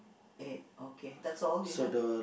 eight okay that's all you have